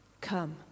come